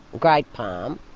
great palm,